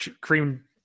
cream